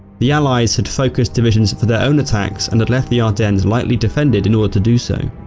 the allies had focused divisions for their own attacks and had left the ardennes lightly defended in order to do so.